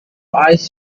eyes